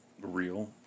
real